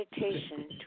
meditation